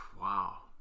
Wow